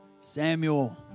Samuel